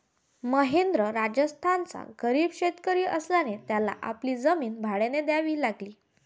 महेंद्र राजस्थानचा गरीब शेतकरी असल्याने त्याला आपली जमीन भाड्याने द्यावी लागली